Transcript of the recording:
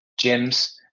gyms